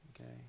Okay